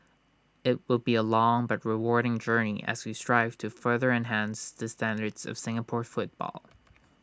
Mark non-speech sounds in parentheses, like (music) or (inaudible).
IT will be A long but rewarding journey as we strive to further enhance the standards of Singapore football (noise)